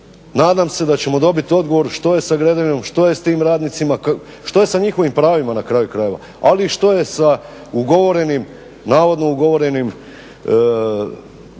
nadam se da ćemo dobiti odgovor što je sa Gredeljom, što je s tim radnicima, što je sa njihovim pravima na kraju krajeva, ali i što je sa ugovorenim navodno ugovorenim